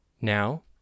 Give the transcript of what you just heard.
Now